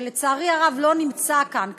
שלצערי הרב לא נמצא כאן,